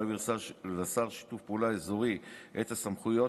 להעביר לשר לשיתוף פעולה אזורי את הסמכויות